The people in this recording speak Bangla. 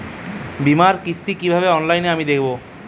বীমার কিস্তি কিভাবে অনলাইনে আমি দেবো?